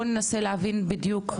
בואי ננסה להבין בדיוק,